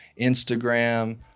Instagram